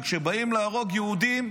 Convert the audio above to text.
וכשבאים להרוג יהודים,